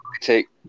take